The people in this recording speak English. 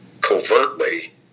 covertly